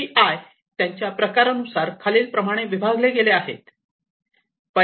K P I त्यांच्या प्रकारानुसार खालील प्रमाणे विभागले गेले आहेत